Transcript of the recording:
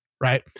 right